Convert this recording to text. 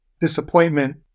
disappointment